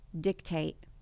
dictate